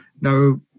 Now